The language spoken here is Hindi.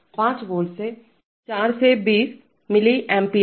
5 वोल्ट या 4 से 20 मिली एम्पीयर